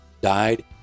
died